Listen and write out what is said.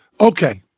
Okay